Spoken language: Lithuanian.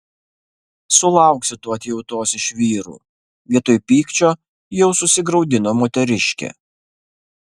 sulauksi tu atjautos iš vyrų vietoj pykčio jau susigraudino moteriškė